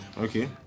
Okay